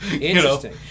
Interesting